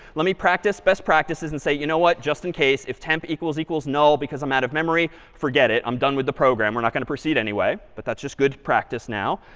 let me practice best practices and say, you know what, just in case, if temp equals equals null because i'm out of memory, forget it, i'm done with the program. we're not going to proceed anyway. but that's just good practice now.